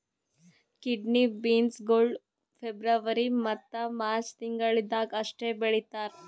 kidney beans ಗೊಳ್ February ಮತ್ತ March ತಿಂಗಿಳದಾಗ್ ಅಷ್ಟೆ ಬೆಳೀತಾರ್